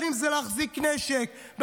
אם זה להחזיק נשק,